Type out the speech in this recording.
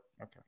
okay